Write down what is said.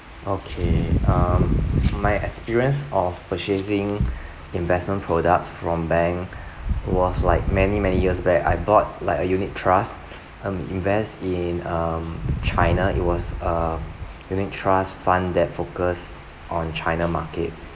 okay um my experience of purchasing investment products from bank was like many many years back I bought like a unit trusts um invest in um china it was a unit trust fund that focus on china market